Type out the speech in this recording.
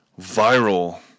viral